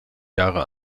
jahre